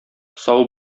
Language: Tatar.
сау